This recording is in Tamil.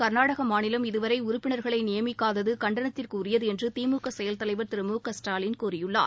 கர்நாடக மாநிலம் இதுவரை உறுப்பினர்களை நியமிக்காதது கண்டனத்திற்குரியது என்று திமுக செயல் தலைவர் திரு மு க ஸ்டாலின் கூறியுள்ளார்